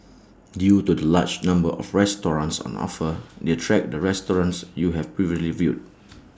due to the large number of restaurants on offer they track the restaurants you have previously viewed